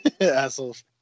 Assholes